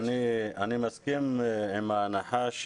אני מסכים עם ההנחה,